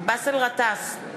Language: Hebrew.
באסל גטאס,